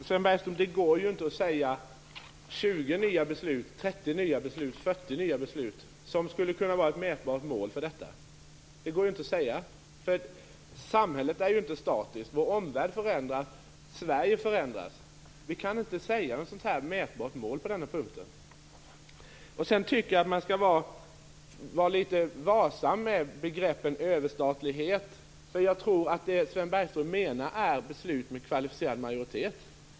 Fru talman! Det går ju inte, Sven Bergström, att svara att 20 nya beslut, 30 nya beslut eller 40 nya beslut skulle vara ett mätbart mål för detta. Samhället är ju inte statiskt. Vår omvärld förändras, och Sverige förändras. Vi kan inte ange ett mätbart mål på den här punkten. Sedan tycker jag att man skall vara litet varsam med begreppet överstatlighet. Jag tror att det Sven Bergström menar är beslut med kvalificerad majoritet.